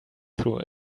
through